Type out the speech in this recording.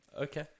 Okay